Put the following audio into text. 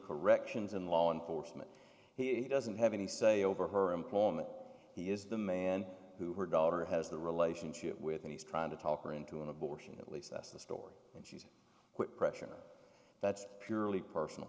corrections and law enforcement he doesn't have any say over her employment he is the man who her daughter has the relationship with and he's trying to talk her into an abortion at least that's the story and pressure that's purely personal